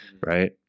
right